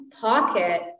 pocket